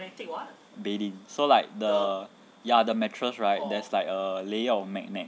bedding so like the ya the mattress right there's like a layer of magnet